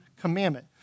commandment